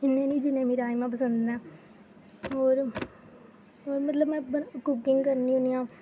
इ'न्नें निं जि'न्नें मिगी राजमांह् पसंद न होर होर मतलब में बनाऽ कुकिंग करनी होनी आं